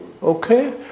Okay